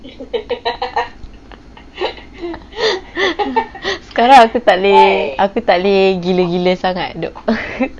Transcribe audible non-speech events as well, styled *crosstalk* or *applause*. *laughs* sekarang aku tak boleh tak boleh gila-gila sangat doh